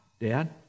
Dad